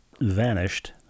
vanished